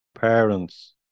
parents